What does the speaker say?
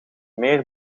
meer